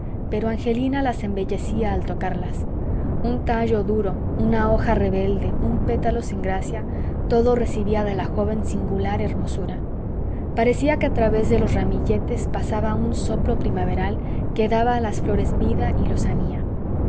pero angelina las embellecía al tocarlas un tallo duro una hoja rebelde un pétalo sin gracia todo recibía de la joven singular hermosura parecía que a través de los ramilletes pasaba un soplo primaveral que daba a las flores vida y lozanía